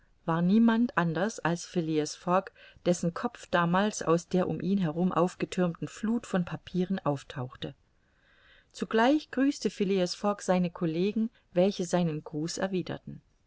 war niemand anders als phileas fogg dessen kopf damals aus der um ihn herum aufgethürmten fluth von papieren auftauchte zugleich grüßte phileas fogg seine collegen welche seinen gruß erwiderten